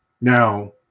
Now